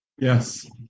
Yes